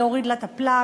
"להוריד לה את הפלאג".